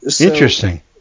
Interesting